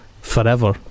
forever